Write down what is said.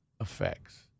effects